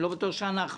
אני לא בטוח שאצלנו.